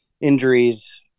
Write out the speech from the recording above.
injuries